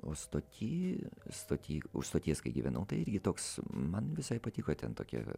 o stoty stoty už stoties kai gyvenau tai irgi toks man visai patiko ten tokia